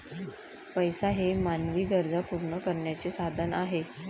पैसा हे मानवी गरजा पूर्ण करण्याचे साधन आहे